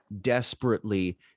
desperately